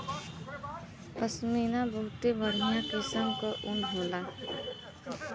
पश्मीना बहुते बढ़िया किसम क ऊन होला